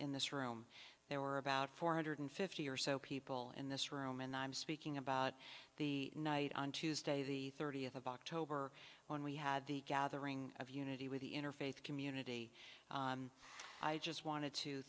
in this room there were about four hundred fifty or so people in this room and i'm speaking about the night on tuesday the thirtieth of october when we had the gathering of unity with the interfaith community i just wanted to